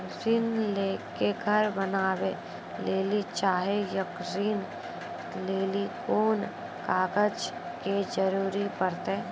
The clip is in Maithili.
ऋण ले के घर बनावे लेली चाहे या ऋण लेली कोन कागज के जरूरी परतै?